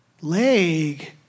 Leg